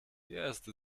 jest